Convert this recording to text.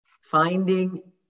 finding